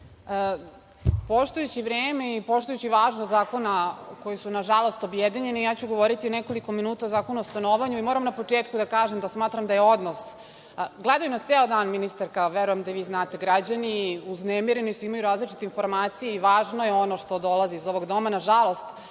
vreme i poštujući važnost zakona koji su nažalost objedinjeni, ja ću govoriti nekoliko minuta o Zakonu o stanovanju. Moram na početku da kažem da smatram da je odnos…Gledaju nas ceo dan ministarka, verujem da i vi znate, građani. Uznemireni su. Imaju različite informacije i važno je ono što dolazi iz ovog Doma.